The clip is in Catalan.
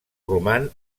roman